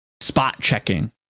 spot-checking